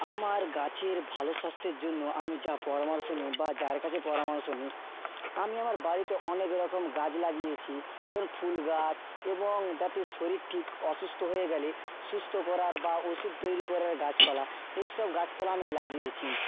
আমার গাছের ভালো স্বাস্থ্যের জন্য আমি যা পরামর্শ নিই বা যার কাছে পরামর্শ নিই আমি আমার বাড়িতে অনেক রকম গাছ লাগিয়েছি যেমন ফুল গাছ এবং যাতে শরীর ঠিক অসুস্থ হয়ে গেলে সুস্থ করার বা ওষুধ তৈরি করার গাছপালা এইসব গাছপালা আমি লাগিয়েছি